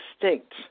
distinct